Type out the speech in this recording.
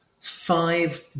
five